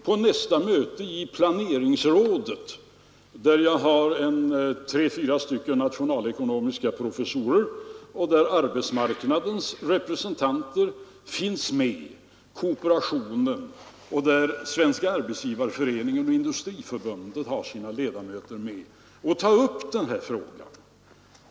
På nästa möte i planeringsrådet — där jag har med tre fyra professorer i nationalekonomi och där arbetsmarknadens företrädare, t.ex. kooperationen, Svenska arbetsgivareföreningen, Industriförbundet och löntagarorganisationerna, har sina representanter med — kommer jag att ta upp denna fråga.